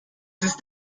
ist